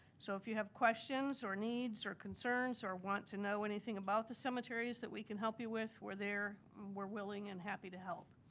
so if you have questions, or needs, or concerns, or want to know anything about the cemeteries that we can help you with we're there, and we're willing and happy to help.